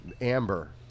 Amber